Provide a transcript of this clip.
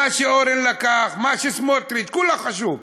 מה שאורן לקח, מה שסמוטריץ, כולו חשוב.